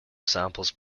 samples